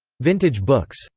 vintage books.